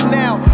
now